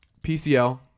PCL